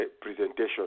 presentation